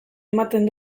ematen